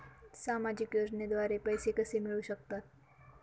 सामाजिक योजनेद्वारे पैसे कसे मिळू शकतात?